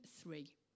three